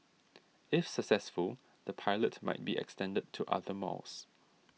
if successful the pilot might be extended to other malls